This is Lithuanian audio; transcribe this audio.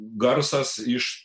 garsas iš